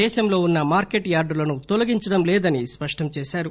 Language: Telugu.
దేశంలో ఉన్స మార్కెట్ యార్డులను తొలగించడం లేదని స్పష్టం చేశారు